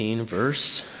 verse